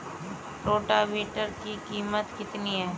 Rotavator की कीमत कितनी है?